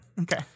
Okay